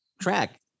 track